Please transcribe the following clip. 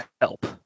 help